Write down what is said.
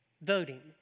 Voting